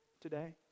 today